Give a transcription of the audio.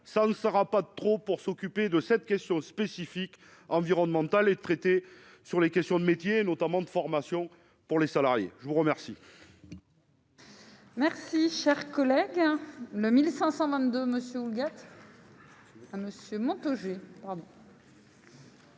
ça ne sera pas de trop pour s'occuper de cette question spécifique environnemental et traité sur les questions de métiers notamment de formation pour les salariés, je vous remercie. Merci, cher collègue, le 1500 22 Monsieur Yates. Monsieur